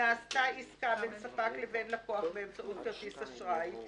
נעשתה עסקה בין ספק לבין לקוח באמצעות כרטיס אשראי,